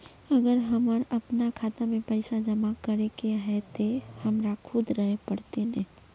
अगर हमर अपना खाता में पैसा जमा करे के है ते हमरा खुद रहे पड़ते ने?